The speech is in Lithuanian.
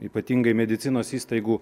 ypatingai medicinos įstaigų